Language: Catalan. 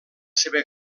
seva